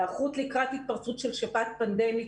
היערכות לקראת התפרצות של שפעת פנדמית,